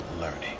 learning